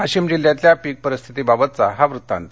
वाशीम जिल्ह्यातल्या पीक परिस्थितीबाबतचा हा वृत्तांत